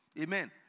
amen